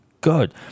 good